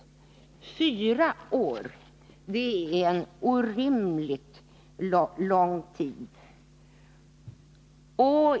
Fyra år är en orimligt lång tid.